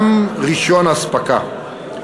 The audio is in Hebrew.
גם רישיון אספקה.